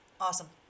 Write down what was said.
Awesome